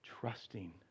trusting